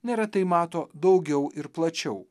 neretai mato daugiau ir plačiau